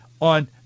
on